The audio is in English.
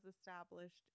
established